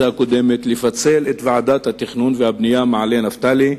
הקודמת לפצל את ועדת התכנון והבנייה מעלה-נפתלי.